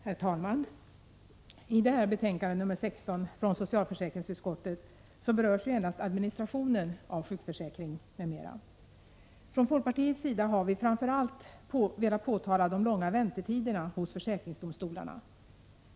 Herr talman! I betänkande 16 från socialförsäkringsutskottet berörs endast administrationen av sjukförsäkring m.m. Från folkpartiets sida har vi framför allt velat påtala de långa väntetiderna hos försäkringsdomstolarna.